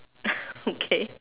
okay